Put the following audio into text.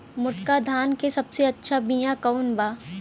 मोटका धान के सबसे अच्छा बिया कवन बा?